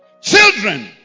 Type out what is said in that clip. Children